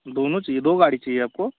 दोनों चाहिए दो गाड़ी चाहिए आपको